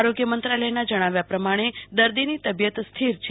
આરોગ્ય મંત્રાલયનાં જણાવ્યા પ્રમાણે દર્દીની તબિયત સ્થિર છે